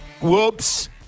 Whoops